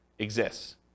exists